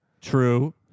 True